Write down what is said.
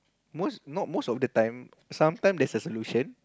most not most of the time sometime there's a solution